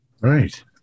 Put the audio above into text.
right